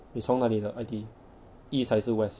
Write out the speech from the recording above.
你从哪里的 I_T_E east 还是 west